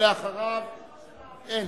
ואחריו אין,